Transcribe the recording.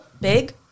big